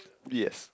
yes